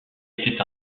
était